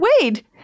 Wade